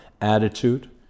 attitude